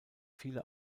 viele